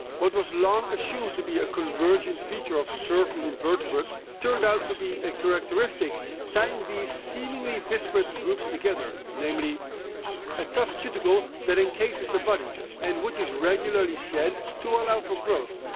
what was long assumed to be a convergent feature of certain invertebrates, turned out to be a characteristic tying these seemingly disparate groups together, namely a tough cuticle that encases the body and which is regularly shed to allow for growth.